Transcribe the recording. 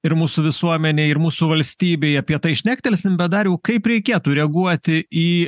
ir mūsų visuomenei ir mūsų valstybei apie tai šnektelsim bet dariau kaip reikėtų reaguoti į